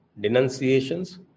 denunciations